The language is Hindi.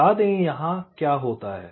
बता दें कि यहां क्या होता है